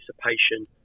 participation